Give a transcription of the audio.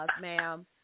ma'am